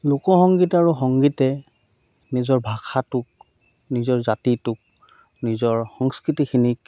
লোকসংগীত আৰু সংগীতে নিজৰ ভাষাটোক নিজৰ জাতিটোক নিজৰ সংস্কৃতিখিনিক